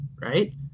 right